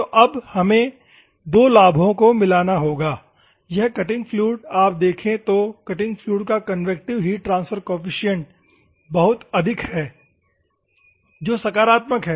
तो अब हमें दो लाभों को मिलाना होगा यह कटिंग फ्लूइड आप देखे तो कटिंग फ्लूइड का कन्वेक्टिव हीट ट्रांसफर कोफिसिएंट बहुत अधिक है जो सकारात्मक है